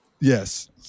Yes